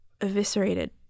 eviscerated